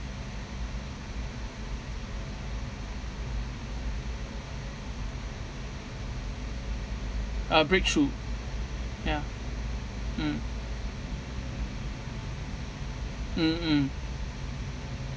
uh breakthrough ya mm mm mm